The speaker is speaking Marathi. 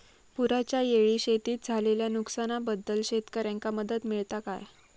पुराच्यायेळी शेतीत झालेल्या नुकसनाबद्दल शेतकऱ्यांका मदत मिळता काय?